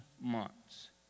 months